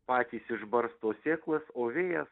patys išbarsto sėklas o vėjas